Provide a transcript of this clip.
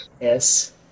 Yes